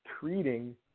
treating